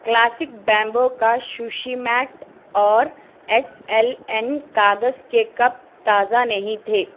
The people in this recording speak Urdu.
کلاسک بیمبو کا سوشی میٹ اور ایس ایل این کاغذ کے کپ تازہ نہیں تھے